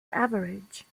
average